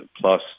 plus